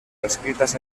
escritas